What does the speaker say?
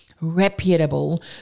reputable